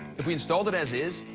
if we installed it as is,